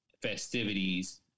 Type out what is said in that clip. festivities